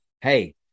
hey